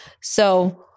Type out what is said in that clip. So-